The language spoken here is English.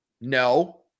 No